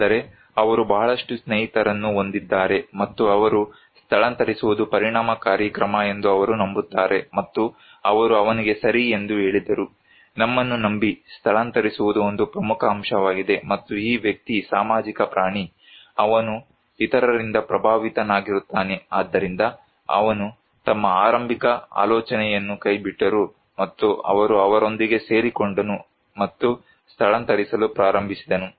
ಆದರೆ ಅವರು ಬಹಳಷ್ಟು ಸ್ನೇಹಿತರನ್ನು ಹೊಂದಿದ್ದಾರೆ ಮತ್ತು ಅವರು ಸ್ಥಳಾಂತರಿಸುವುದು ಪರಿಣಾಮಕಾರಿ ಕ್ರಮ ಎಂದು ಅವರು ನಂಬುತ್ತಾರೆ ಮತ್ತು ಅವರು ಅವನಿಗೆ ಸರಿ ಎಂದು ಹೇಳಿದರು ನಮ್ಮನ್ನು ನಂಬಿ ಸ್ಥಳಾಂತರಿಸುವುದು ಒಂದು ಪ್ರಮುಖ ಅಂಶವಾಗಿದೆ ಮತ್ತು ಈ ವ್ಯಕ್ತಿ ಸಾಮಾಜಿಕ ಪ್ರಾಣಿ ಅವನು ಇತರರಿಂದ ಪ್ರಭಾವಿತನಾಗಿರುತ್ತಾನೆ ಆದ್ದರಿಂದ ಅವನು ತಮ್ಮ ಆರಂಭಿಕ ಆಲೋಚನೆಯನ್ನು ಕೈಬಿಟ್ಟರು ಮತ್ತು ಅವರು ಅವರೊಂದಿಗೆ ಸೇರಿಕೊಂಡನು ಮತ್ತು ಸ್ಥಳಾಂತರಿಸಲು ಪ್ರಾರಂಭಿಸಿದನು